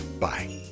Bye